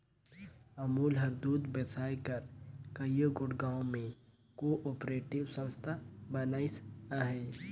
अमूल हर दूद बेसाए बर कइयो गोट गाँव में को आपरेटिव संस्था बनाइस अहे